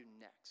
next